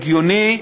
הגיוני,